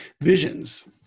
visions